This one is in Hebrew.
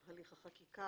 החקיקה,